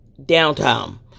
downtime